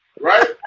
right